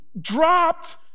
dropped